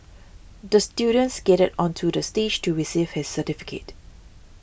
the student skated onto the stage to receive his certificate